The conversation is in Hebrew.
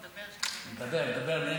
נדבר, נדבר, נדבר.